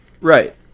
Right